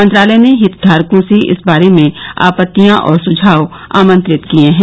मंत्रालय ने हित धारकों से इस बारे में आपत्तियां और सुझाव आमंत्रित किए हैं